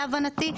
להבנתי,